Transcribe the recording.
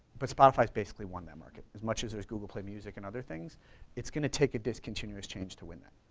but spotify's basically won that market as much as there's google play music and other things it's gonna take a discontinuous change to win that.